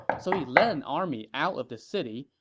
so he led an army out of the city,